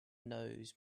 knows